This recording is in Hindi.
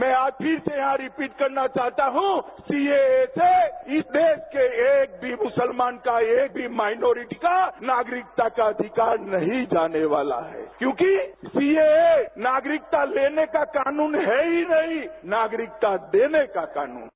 मैं आज छिर से यहां रिपिट करता हूं सी ए ए से इस देश के एक भी मुसलमान का एक भी माइनॉरिटी का नागरिकता का अधिकार नहीं जाने वाला है क्योंकि सी ए ए नागरिकता लेने का कानून है ही नहीं नागरिकता देने का कानून है